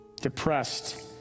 depressed